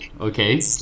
Okay